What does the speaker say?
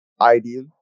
ideal